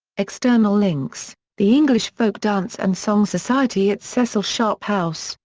external links the english folk dance and song society at cecil sharp house,